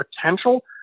potential